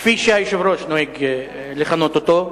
כפי שהיושב-ראש נוהג לכנות אותו,